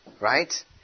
Right